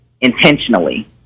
intentionally